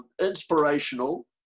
inspirational